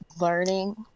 learning